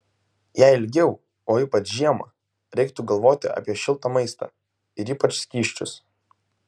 jei ilgiau o ypač žiemą reiktų galvoti apie šiltą maistą ir ypač skysčius